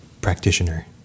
practitioner